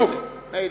נו, מילא.